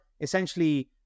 essentially